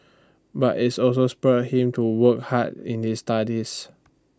but is also spurred him to work hard in his studies